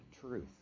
truth